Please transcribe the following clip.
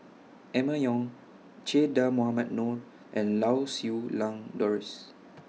Emma Yong Che Dah Mohamed Noor and Lau Siew Lang Doris